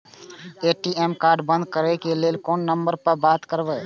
ATM card बंद करे के लेल कोन नंबर पर बात करबे?